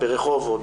ברחובות,